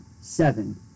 Seven